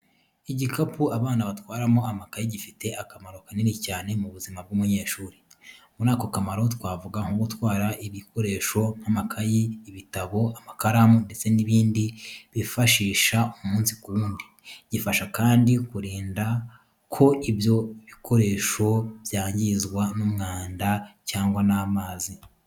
Igikapu abana batwaramo amakayi gifite akamaro kanini cyane mu buzima bw’umunyeshuri. Muri ako kamaro twavuga nko gutwaramo ibikoresho nk'amakayi, ibitabo, amakaramu ndetse n'ibindi bifashisha umunsi ku wundi. Gifasha kandi kurinda ko ibyo ibikoresho byangizwa n'umwanda cyangwa n'amazi.